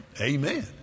Amen